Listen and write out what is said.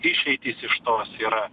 išeitys iš to yra